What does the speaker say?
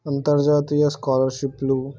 అంతర్జాతీయ స్కాలర్షిప్లు